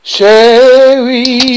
Sherry